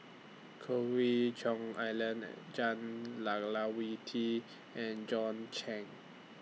Choe We Cheong Alan and Jah Lelawati and John Clang